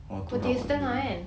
ah tu rabak gila